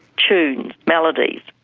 tunes, melodies,